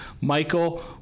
Michael